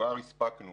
כבר הספקנו